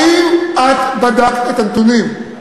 האם את בדקת את הנתונים?